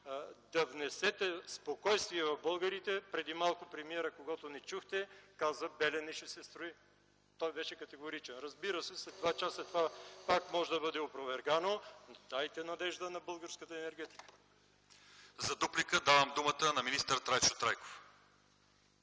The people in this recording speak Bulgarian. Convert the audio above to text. да внесете спокойствие в българите. Преди малко премиерът, когото не чухте, каза: „Белене” ще се строи! Той беше категоричен. Разбира се, след два часа това пак може да бъде опровергано, но дайте надежда на българската енергетика! ПРЕДСЕДАТЕЛ ЛЪЧЕЗАР ИВАНОВ: За дуплика давам думата на министър Трайчо Трайков.